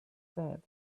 said